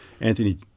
Anthony